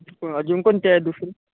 अजून कोणती आहे दुसरी